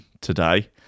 today